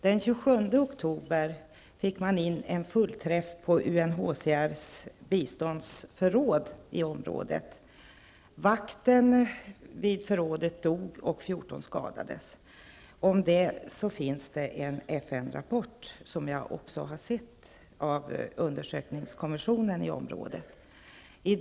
Den 27 oktober blev det en fullträff på UNHCRs biståndsförråd i området. Vakten vid förrådet dog och 14 skadades. Undersökningskommissionen i området har avgivit en FN-rapport som också jag har tagit del av.